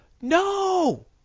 No